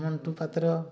Mantu Patra